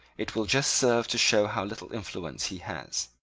it will just serve to show how little influence he has.